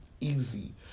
easy